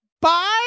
Bye